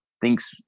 thinks